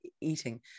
eating